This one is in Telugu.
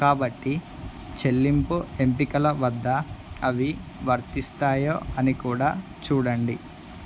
కాబట్టి చెల్లింపు ఎంపికల వద్ద అవి వర్తిస్తాయో అని కూడా చూడండి